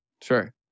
Sure